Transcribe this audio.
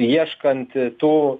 ieškant tų